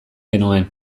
genuen